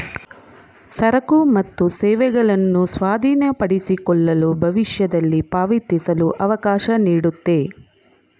ಸರಕು ಮತ್ತು ಸೇವೆಗಳನ್ನು ಸ್ವಾಧೀನಪಡಿಸಿಕೊಳ್ಳಲು ಮತ್ತು ಭವಿಷ್ಯದಲ್ಲಿ ಪಾವತಿಸಲು ಅವಕಾಶ ನೀಡುತ್ತೆ